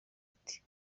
ati